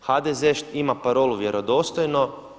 HDZ ima parolu vjerodostojno.